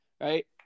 right